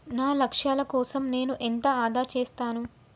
నా లక్ష్యాల కోసం నేను ఎంత ఆదా చేస్తాను?